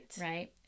right